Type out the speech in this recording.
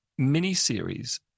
miniseries